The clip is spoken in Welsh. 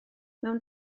mewn